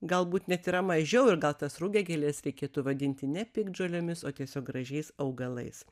galbūt net yra mažiau ir gal tas rugiagėles reikėtų vadinti ne piktžolėmis o tiesiog gražiais augalais